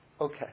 Okay